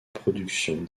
production